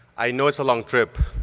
i know it's a long trip.